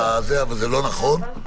אבל זה לא נכון.